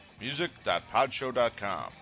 music.podshow.com